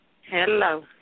Hello